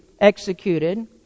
executed